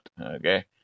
okay